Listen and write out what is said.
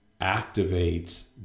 activates